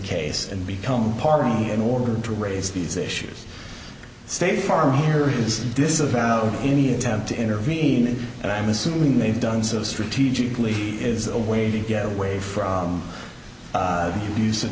case and become part of me in order to raise these issues state farm here is disavowed any attempt to intervene and i'm assuming they've done so strategically is a way to get away from the use of